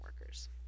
workers